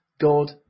God